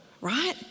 right